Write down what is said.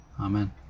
Amen